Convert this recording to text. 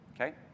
Okay